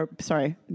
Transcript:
sorry